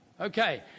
Okay